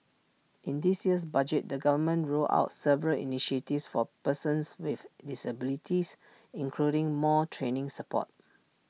in this year's budget the government rolled out several initiatives for persons with disabilities including more training support